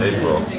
April